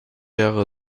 jahre